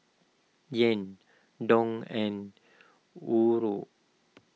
Yen Dong and Euro